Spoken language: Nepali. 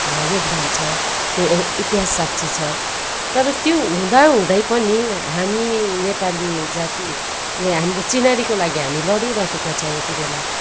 योगदान छ त्यो इ इतिहास साक्षी छ तर त्यो हुँदाहुँदै पनि हामी नेपाली जातिले हाम्रो चिनारीको लागि हामी लडिरहेको यति बेला